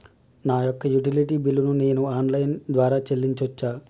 నా యొక్క utility bill ను నేను ఆన్ లైన్ ద్వారా చెల్లించొచ్చా?